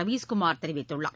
ரவீஸ் குமார் தெரிவித்துள்ளார்